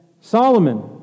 Solomon